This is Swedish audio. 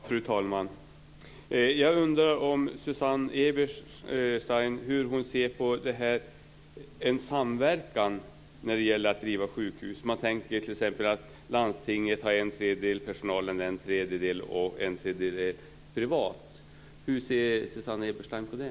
Fru talman! Jag undrar hur Susanne Eberstein ser på en samverkan när det gäller att driva sjukhus. Man kan tänka sig t.ex. att landstinget har en tredjedel, personalen en tredjedel och att en tredjedel är privat. Hur ser Susanne Eberstein på det?